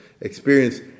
experience